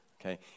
Okay